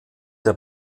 der